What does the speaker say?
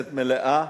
כנסת מלאה